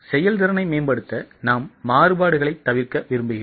செயல்திறனை மேம்படுத்த நாம் மாறுபாடுகளைத் தவிர்க்க விரும்புகிறோம்